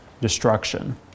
destruction